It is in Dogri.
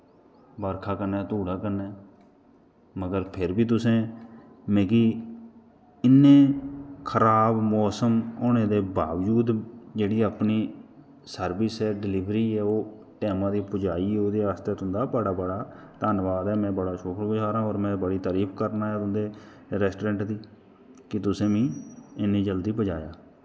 बर्खा कन्नै धूड़ा कन्नै मगर फिर बी तुसें मिगी इन्ने खराब मौसम होने दे बाबजूद जेह्ड़ी अपनी सर्बिस ऐ डलीबरी ऐ ओह् टैमा दी पजाई ओह्दे आस्तै तुंदा बड़ा बड़ा धन्नबाद ऐ और में बड़ा शुक्रगुज़ार आं और में बड़ी तारिफ करनी ऐं तुंदे रैस्टोरैंट दी की तुसें मिगी इन्नी जल्दी पजाया